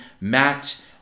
Matt